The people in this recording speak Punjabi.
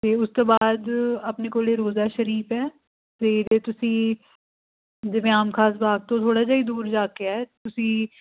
ਅਤੇ ਉਸ ਤੋਂ ਬਾਅਦ ਆਪਣੇ ਕੋਲ ਰੋਜ਼ਾ ਸ਼ਰੀਫ ਹੈ ਅਤੇ ਜੇ ਤੁਸੀਂ ਜਿਵੇਂ ਆਮ ਖਾਸ ਬਾਗ ਤੋਂ ਥੋੜ੍ਹਾ ਜਿਹਾ ਹੀ ਦੂਰ ਜਾ ਕੇ ਹੈ ਤੁਸੀਂ